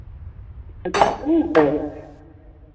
आज रात को नहीं हो पाएगा